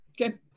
Okay